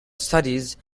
studies